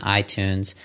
iTunes